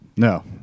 No